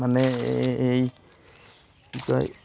মানে এ এই কি কয়